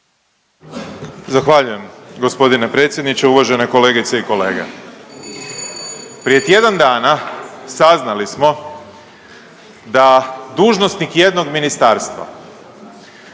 Zahvaljujem g. predsjedniče. Uvažene kolegice i kolege, prije tjedan dana saznali smo da dužnosnik jednog ministarstva,